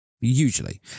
usually